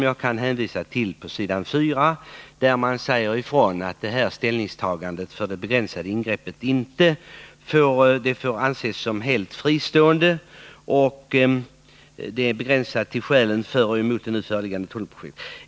Jag hänvisar till s. 4 i betänkandet, där utskottet säger ifrån att det har gjort 109 ”en helt fristående bedömning, begränsad till skälen för och emot det nu föreliggande tunnelprojektet.